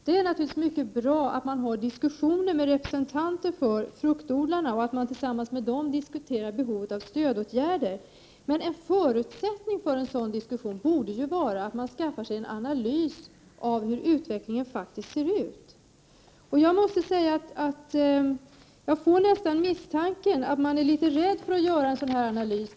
Det är naturligtvis mycket bra att man har diskussioner med representanter för fruktodlarna och tillsammans med dem diskuterar behovet av stödåtgärder, men en förutsättning för en sådan diskussion borde ju vara att man skaffar sig en analys av hur utvecklingen faktiskt ser ut. Jag måste säga att jag nästan får misstanken att man är litet rädd för att göra en sådan analys.